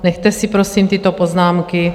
Nechte si prosím tyto poznámky.